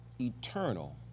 eternal